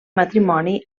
matrimoni